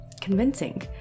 convincing